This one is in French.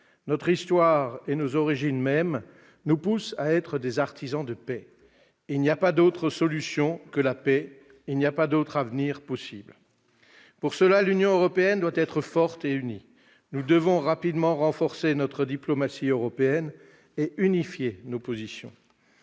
Notre histoire et nos origines mêmes nous poussent à être des artisans de paix. Il n'y a pas d'autres solutions que la paix, il n'y a pas d'autre avenir possible. Pour cela, l'Union européenne doit être forte et unie. Nous devons rapidement renforcer notre diplomatie européenne et unifier nos positions.